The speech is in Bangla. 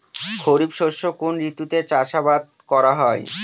খরিফ শস্য কোন ঋতুতে চাষাবাদ করা হয়?